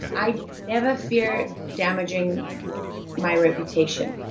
i never fear damaging my reputation.